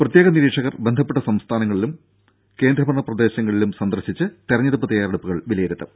പ്രത്യേക നിരീക്ഷകർ ബന്ധപ്പെട്ട സംസ്ഥാനങ്ങളും കേന്ദ്രഭരണ പ്രദേശങ്ങളും സന്ദർശിച്ച് തെരഞ്ഞെടുപ്പ് തയ്യാറെടുപ്പുകൾ വിലയിരുത്തും